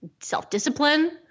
self-discipline